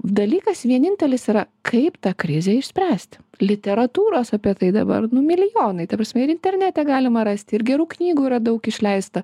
dalykas vienintelis yra kaip tą krizę išspręsti literatūros apie tai dabar nu milijonai ta prasme ir internete galima rasti ir gerų knygų yra daug išleista